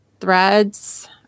Threads